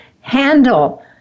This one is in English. handle